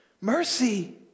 Mercy